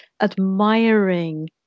admiring